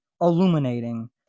illuminating